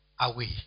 away